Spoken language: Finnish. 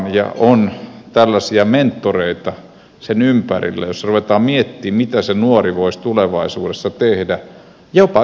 sen ympärillä on tällaisia mentoreita ja ruvetaan miettimään mitä se nuori voisi tulevaisuudessa tehdä jopa yrittäjämäisesti